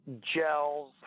gels